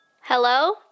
Hello